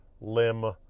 limb